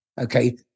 Okay